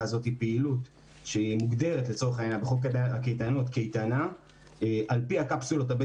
פעילות שמוגדרת לצורך העניין כקייטנה על פי הקפסולות הבית